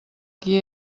qui